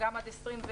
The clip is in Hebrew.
גם עד 24,